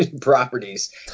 properties